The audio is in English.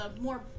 more